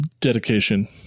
dedication